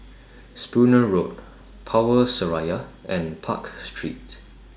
Spooner Road Power Seraya and Park Street